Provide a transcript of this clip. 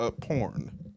porn